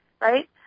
right